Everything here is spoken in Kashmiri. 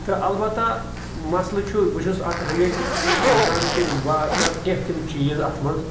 تہٕ البتہ مسلہٕ چھُ بہٕ چھُس اَتھ رٕلیٹٕڈ چھُس بہٕ سونٛچان کہِ با کَرٕ کینٛہہ تِم چیٖز اَتھ منٛز